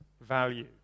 value